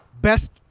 best